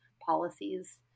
policies